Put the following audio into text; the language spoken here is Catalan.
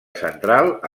central